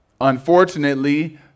Unfortunately